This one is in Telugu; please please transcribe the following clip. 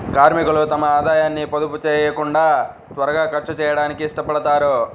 కార్మికులు తమ ఆదాయాన్ని పొదుపు చేయకుండా త్వరగా ఖర్చు చేయడానికి ఇష్టపడతారు